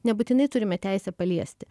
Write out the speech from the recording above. nebūtinai turime teisę paliesti